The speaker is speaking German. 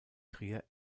trier